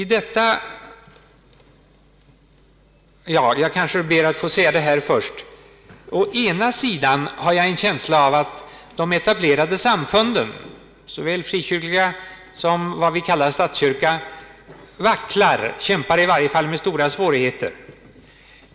Jag har en känsla av att de etablerade samfunden, såväl de frikyrkliga som vad vi kallar statskyrkan, vacklar eller i varje fall kämpar mot stora svårigheter.